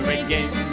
again